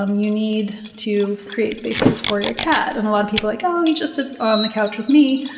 um you need to create spaces for your cat, and a lot of people are like, oh, he just sits on the couch with me.